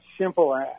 simple